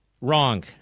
Wrong